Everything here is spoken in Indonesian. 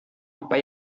apa